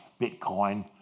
Bitcoin